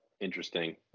interesting